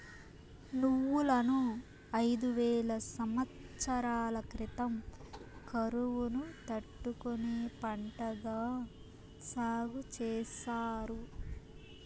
నువ్వులను ఐదు వేల సమత్సరాల క్రితం కరువును తట్టుకునే పంటగా సాగు చేసారు